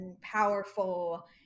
powerful